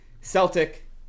Celtic